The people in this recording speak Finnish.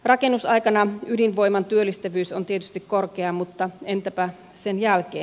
rakennusaikana ydinvoiman työllistävyys on tietysti korkea mutta entäpä sen jälkeen